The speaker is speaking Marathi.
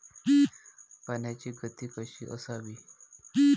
पाण्याची गती कशी असावी?